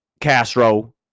Castro